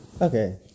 Okay